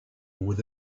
with